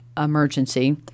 emergency